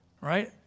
right